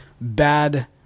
bad